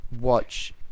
watch